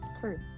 true